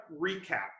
recap